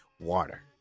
water